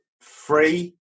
Free